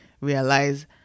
realize